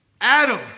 Adam